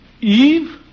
Eve